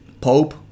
Pope